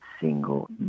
single